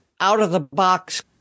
out-of-the-box